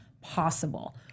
possible